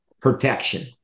protection